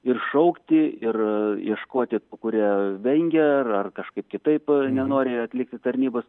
ir šaukti ir ieškoti tų kurie vengia ar ar kažkaip kitaip nenori atlikti tarnybos